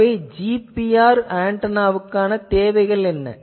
ஆகவே GPR ஆன்டெனாவுக்குத் தேவைகள் என்ன